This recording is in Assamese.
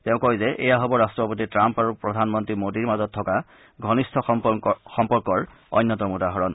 তেওঁ কয় যে এয়া হ'ব ৰাষ্ট্ৰপতি ট্ৰাম্প আৰু প্ৰধানমন্ত্ৰী মোদীৰ মাজত থকা ঘনিষ্ঠ সম্পৰ্কৰ অন্যতম উদাহৰণ